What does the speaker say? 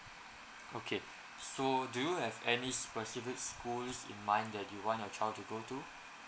okay so do you have any specific schools in mind that you want your child to go to